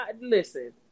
Listen